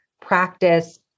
practice